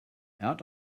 out